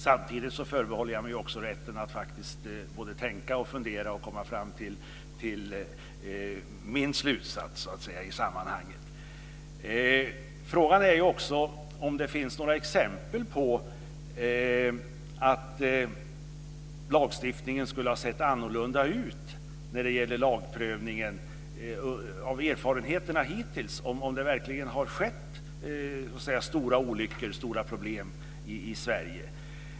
Samtidigt förbehåller jag mig rätten att faktiskt tänka, fundera och komma fram till min slutsats i sammanhanget. Frågan är om det finns några exempel på att lagstiftningen borde ha sett annorlunda ut när det gäller lagprövningen mot bakgrund av erfarenheterna hittills, om det verkligen har uppstått några stora problem i Sverige.